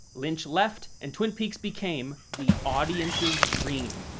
lynch left, and twin peaks became the audience's dream.